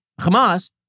Hamas